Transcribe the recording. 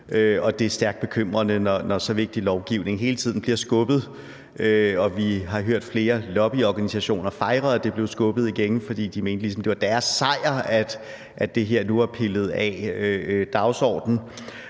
det er stærkt bekymrende, når så vigtig lovgivning hele tiden bliver skubbet. Vi har hørt flere lobbyorganisationer fejre, at det igen blev skubbet, for de mente ligesom, at det var deres fortjeneste, at det her nu var blevet pillet af dagsordenen.